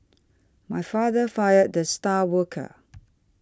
my father fired the star worker